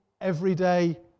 everyday